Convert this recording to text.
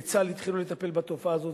בצה"ל התחילו לטפל בתופעה הזאת.